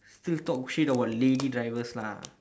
still talk shit about lady drivers lah